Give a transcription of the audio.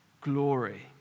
glory